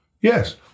Yes